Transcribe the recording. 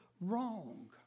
wrong